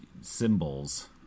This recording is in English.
symbols